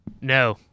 No